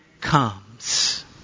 comes